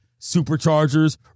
Superchargers